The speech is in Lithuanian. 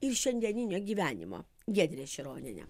ir šiandieninio gyvenimo giedre široniene